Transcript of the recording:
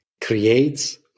creates